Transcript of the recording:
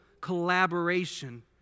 collaboration